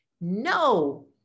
No